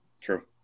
True